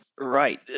Right